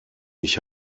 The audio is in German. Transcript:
ich